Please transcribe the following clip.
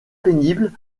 pénible